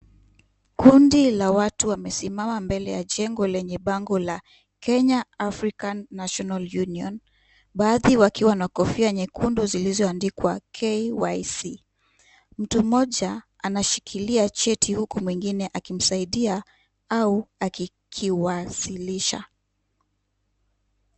Kundi la watu wamesimama mbele ya jengo lenye bango la KENYA AFRICAN NATIONAL UNION, baadhi wakiwa na kofia nyekundu zilizoandikwa KYC. Mtu mmoja anashikilia cheti huku mtu mwingine akimsaidia au akikiwasilisha.